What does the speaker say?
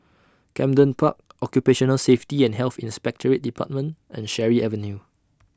Camden Park Occupational Safety and Health Inspectorate department and Cherry Avenue